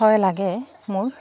হয় লাগে মোৰ